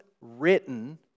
written